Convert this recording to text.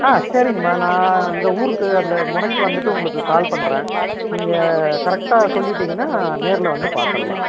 ஆ சரிங்கமா நான் அங்கே ஊருக்கு அந்த முனைக்கு வந்துட்டு உங்களுக்கு கால் பண்ணுறேன் நீங்கள் கரெக்ட்டாக சொல்லிவிட்டீங்கனா நேரில் வந்து பார்த்துர்லாம்